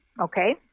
Okay